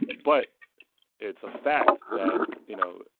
but it's a fact that, you know,